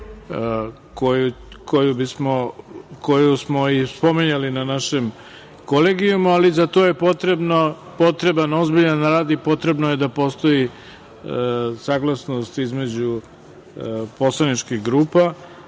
koju smo i spominjali na našem Kolegijumu, ali za to je potreban ozbiljan rad i potrebno je da postoji saglasnost između poslaničkih grupa